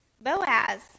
Boaz